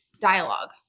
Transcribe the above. dialogue